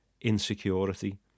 insecurity